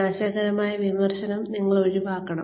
വിനാശകരമായ വിമർശനം നിങ്ങൾ ഒഴിവാക്കണം